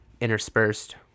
interspersed